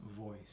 voice